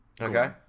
Okay